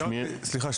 סליחה,